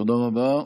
תודה רבה.